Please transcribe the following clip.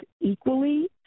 equally